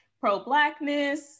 pro-blackness